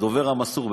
הדובר המסור,